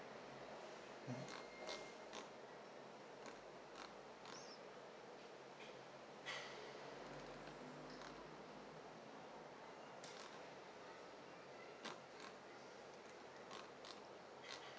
mmhmm